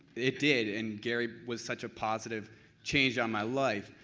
it did and gary was such a positive change on my life.